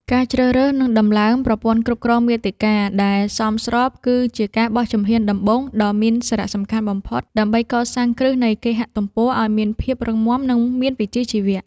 ការជ្រើសរើស និងដំឡើងប្រព័ន្ធគ្រប់គ្រងមាតិកា ដែលសមស្រប គឺជាការបោះជំហានដំបូងដ៏មានសារៈសំខាន់បំផុត ដើម្បីកសាងគ្រឹះនៃគេហទំព័រឱ្យមានភាពរឹងមាំ និងមានវិជ្ជាជីវៈ។